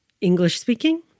English-speaking